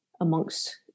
amongst